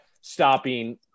stopping